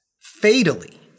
fatally